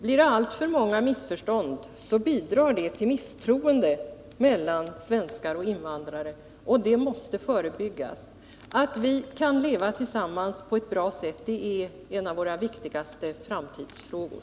Blir det alltför många missförstånd bidrar det till misstroende mellan svenskar och invandrare, och det måste förebyggas. Att vi kan leva tillsammans på ett bra sätt är en av våra viktigaste framtidsfrågor.